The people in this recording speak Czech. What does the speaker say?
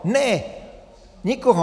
Ne, nikoho.